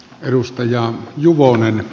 edustaja juvonen